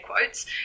quotes